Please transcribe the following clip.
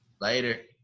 Later